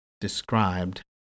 described